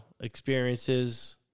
experiences